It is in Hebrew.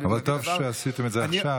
אבל טוב שעשיתם את זה עכשיו,